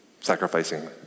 sacrificing